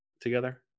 together